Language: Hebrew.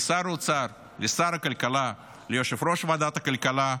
לשר האוצר, לשר הכלכלה, ליושב-ראש ועדת הכלכלה,